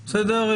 בסדר?